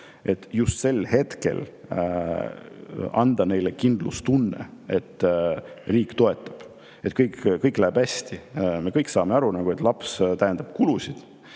Just sel hetkel tuleks anda neile kindlustunne, et riik toetab, kõik läheb hästi.Me kõik saame aru, et laps tähendab kulusid.